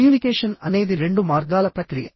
communication అనేది రెండు మార్గాల ప్రక్రియ